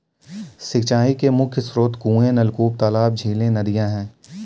सिंचाई के मुख्य स्रोत कुएँ, नलकूप, तालाब, झीलें, नदियाँ हैं